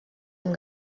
amb